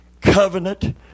covenant